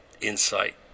insight